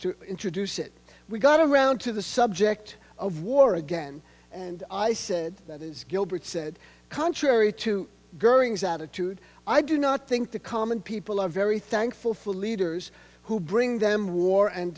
to introduce it we got around to the subject of war again and i said that is gilbert said contrary to that of today i do not think the common people very thankful for leaders who bring them war and